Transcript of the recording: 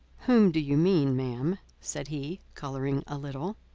whom do you mean, ma'am? said he, colouring a little.